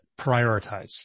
prioritize